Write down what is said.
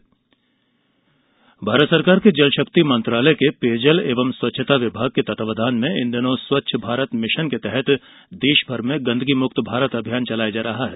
गंदगी मुक्त भारत भारत सरकार के जल शक्ति मंत्रालय के पेयजल एवं स्वच्छता विभाग के तत्वावधान में इन दिनों स्वच्छ भारत मिशन के तहत देषभर में गंदगी मुक्त भारत अभियान चलाया जा रहा है